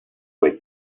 quel